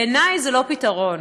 בעיני זה לא פתרון.